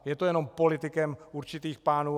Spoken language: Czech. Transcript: Je to jenom politikem určitých pánů.